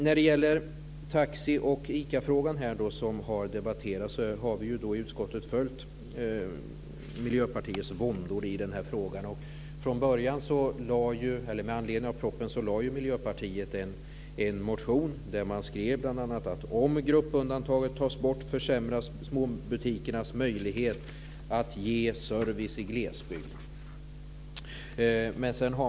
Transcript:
När det gäller taxi och ICA-frågan har vi i utskottet följt Miljöpartiets våndor. Med anledning av propositionen väckte Miljöpartiet en motion där man skrev bl.a. att om gruppundantaget togs bort skulle det försämra för småbutikernas möjlighet att ge service i glesbygd.